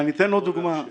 זה